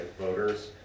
voters